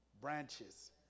branches